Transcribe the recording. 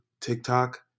TikTok